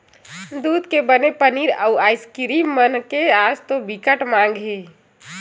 दूद के बने पनीर, अउ आइसकीरिम मन के तो आज बिकट माग हे